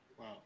Wow